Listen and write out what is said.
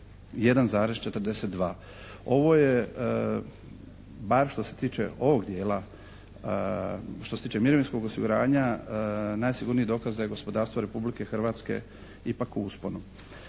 1,42. Ovo je bar što se tiče ovog djela, što se tiče mirovinskog osiguranja najsigurniji dokaz da je gospodarstvo Republike Hrvatske ipak u usponu.